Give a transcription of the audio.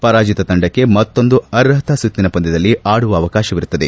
ಪರಾಜಿತ ತಂಡಕ್ಕೆ ಮತ್ತೊಂದು ಅರ್ಹತಾ ಸುತ್ತಿನ ಪಂದ್ಯದಲ್ಲಿ ಆಡುವ ಅವಕಾಶ ಇರುತ್ತದೆ